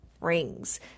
rings